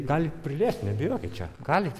galit priliest nebijokit čia galit